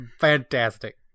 fantastic